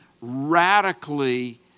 radically